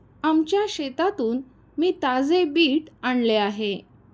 आमच्या शेतातून मी ताजे बीट आणले आहे